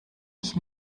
ich